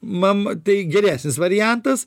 mam tai geresnis variantas